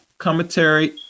commentary